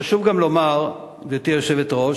חשוב גם לומר, גברתי היושבת-ראש,